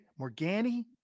Morgani